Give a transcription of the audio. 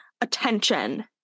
attention